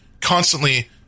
constantly